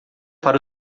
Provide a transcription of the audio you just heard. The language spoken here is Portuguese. para